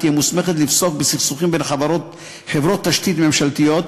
תהיה מוסמכת לפסוק בסכסוכים בין חברות תשתית ממשלתיות,